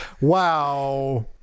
Wow